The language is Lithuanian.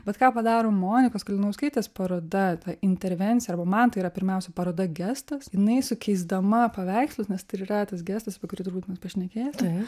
bet ką padaro monikos kalinauskaitės paroda ta intervencija arba man tai yra pirmiausia paroda gestas jinai sukeisdama paveikslus nes tai ir yra tas gestas apie kurį turbūt mes pašnekėsim